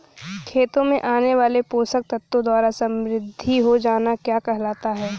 खेतों में आने वाले पोषक तत्वों द्वारा समृद्धि हो जाना क्या कहलाता है?